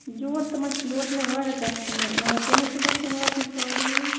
یور تہٕ ما چھِ یورٕ چھِ مےٚ واریاہ کَسٹٕمَر یِوان تِمَن تہِ گژھِ واتُن سارنِیَن